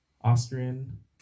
Austrian